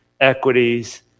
equities